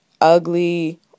ugly